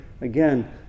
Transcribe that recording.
again